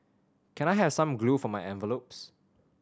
can I have some glue for my envelopes